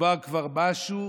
מדובר כבר במשהו